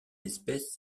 espèce